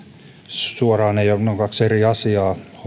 kaksi eri asiaa